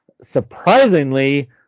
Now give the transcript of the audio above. Surprisingly